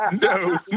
No